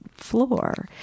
floor